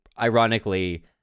ironically